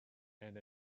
and